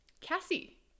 cassie